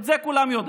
את זה כולם יודעים.